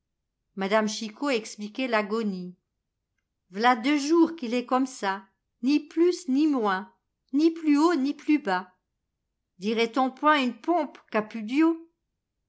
m chicot expliquait l'agonie v'ià deux jours qu'il est comme ça ni plus ni moins ni plus haut ni plus bas diraiton point eune pompe qu'a pu